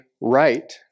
right